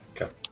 Okay